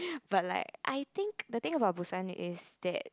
but like I think the thing about Busan is that